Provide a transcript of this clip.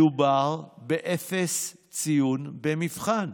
מדובר בציון אפס במבחן.